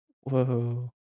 Whoa